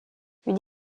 une